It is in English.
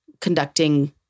conducting